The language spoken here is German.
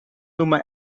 nummer